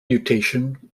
mutation